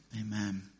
Amen